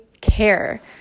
care